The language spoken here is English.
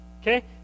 Okay